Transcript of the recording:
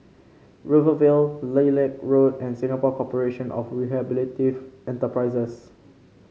Rivervale Lilac Road and Singapore Corporation of Rehabilitative Enterprises